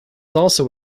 also